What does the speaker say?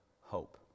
hope